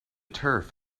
turf